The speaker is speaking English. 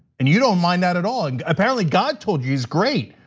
and you don't mind that at all. and apparently god told you he's great.